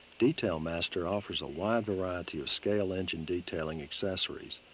detail master offers a wide variety of scale engine detailing accessories.